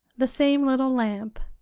the same little lamp,